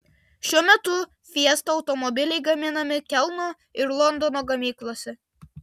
šiuo metu fiesta automobiliai gaminami kelno ir londono gamyklose